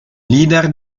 leader